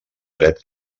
dret